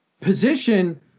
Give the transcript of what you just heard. position